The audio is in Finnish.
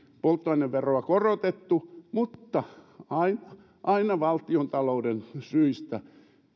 polttoaineveroa korotettu mutta aina aina valtiontalouden syistä